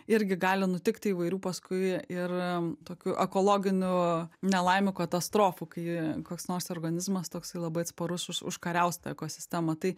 irgi gali nutikti įvairių paskui ir tokių ekologinių nelaimių katastrofų kai koks nors organizmas toksai labai atsparus už užkariaus tą ekosistemą tai